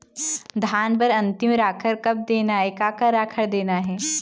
धान बर अन्तिम राखर कब देना हे, का का राखर देना हे?